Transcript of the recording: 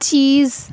cheese